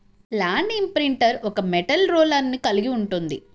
land imprinter ఒక metal రోలర్ను కలిగి ఉంటుంది